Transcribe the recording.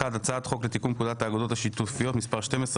1. הצעת חוק לתיקון פקודת האגודות השיתופיות (מס' 12)